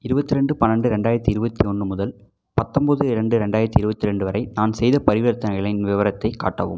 இருபத்தி ரெண்டு பன்னெண்டு ரெண்டாயிரத்து இருபத்தி ஒன்று முதல் பத்தொம்போது ரெண்டு ரெண்டாயிரத்து இருபத்தி ரெண்டு வரை நான் செய்த பரிவர்த்தனைகளின் விவரத்தை காட்டவும்